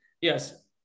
yes